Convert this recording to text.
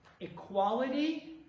equality